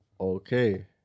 okay